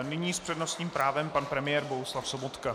Nyní s přednostním právem pan premiér Bohuslav Sobotka.